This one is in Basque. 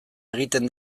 egiten